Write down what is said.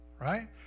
right